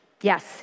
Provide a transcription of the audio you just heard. yes